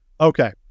Okay